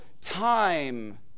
time